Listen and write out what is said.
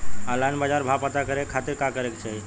Online बाजार भाव पता करे के खाती का करे के चाही?